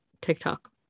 TikTok